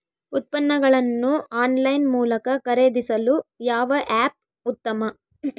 ಉತ್ಪನ್ನಗಳನ್ನು ಆನ್ಲೈನ್ ಮೂಲಕ ಖರೇದಿಸಲು ಯಾವ ಆ್ಯಪ್ ಉತ್ತಮ?